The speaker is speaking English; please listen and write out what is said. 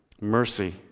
Mercy